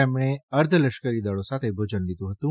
તેમણે અર્ધલશ્કરી દળો સાથે ભોજન લીધું હતું